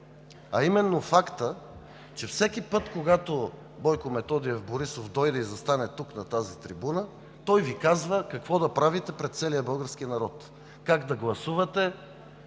а именно фактът, че всеки път, когато Бойко Методиев Борисов дойде и застане тук, на тази трибуна, той Ви казва какво да правите пред целия български народ, как да гласувате